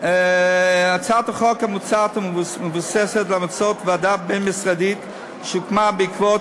הצעת החוק המוצעת מבוססת על המלצות ועדה בין-משרדית שהוקמה בעקבות